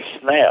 snap